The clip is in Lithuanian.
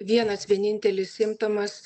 vienas vienintelis simptomas